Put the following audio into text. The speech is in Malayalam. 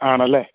ആണല്ലേ